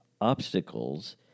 obstacles